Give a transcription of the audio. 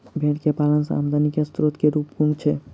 भेंर केँ पालन सँ आमदनी केँ स्रोत केँ रूप कुन छैय?